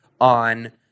on